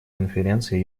конференции